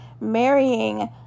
marrying